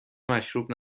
مشروب